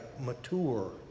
mature